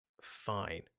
fine